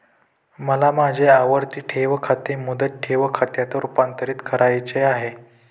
मला माझे आवर्ती ठेव खाते मुदत ठेव खात्यात रुपांतरीत करावयाचे आहे